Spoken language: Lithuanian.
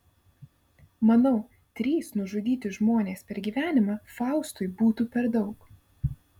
manau trys nužudyti žmonės per gyvenimą faustui būtų per daug